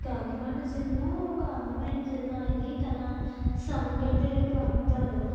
కాకినాడ జిల్లా ఒక అందమైన జిల్లా ఇది తన సముద్రతీరా ప్రాంతాలు